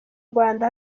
rwanda